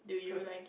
fruits